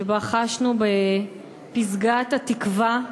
שבה חשנו בפסגת התקווה,